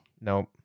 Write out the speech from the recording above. Nope